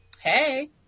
Hey